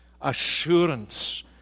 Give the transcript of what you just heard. assurance